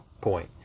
point